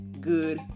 good